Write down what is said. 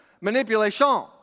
Manipulation